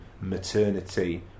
maternity